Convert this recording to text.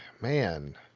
man